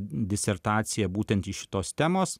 disertaciją būtent iš šitos temos